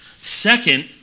Second